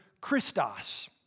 Christos